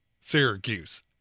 Syracuse